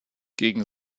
gegen